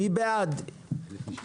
הצבעה הסעיף אושר.